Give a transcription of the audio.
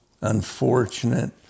unfortunate